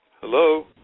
Hello